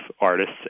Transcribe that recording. artists